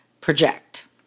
project